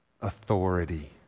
authority